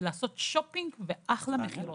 ולעשות שופינג ואחלה מכירות.